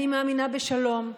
אני מאמינה בשלום.